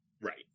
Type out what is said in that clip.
Right